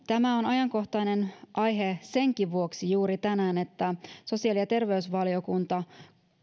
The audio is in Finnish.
tämä on ajankohtainen aihe senkin vuoksi juuri tänään että sosiaali ja terveysvaliokunta